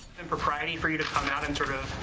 impropriety for you to come out and sort of,